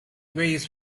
weighs